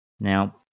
Now